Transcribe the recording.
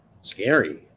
scary